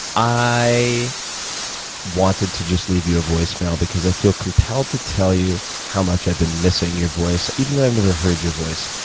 i wanted to just leave you a voicemail because i feel compelled to tell you how much i've been missing your voice, even though i've never heard your voice.